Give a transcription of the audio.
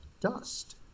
dust